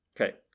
Okay